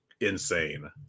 insane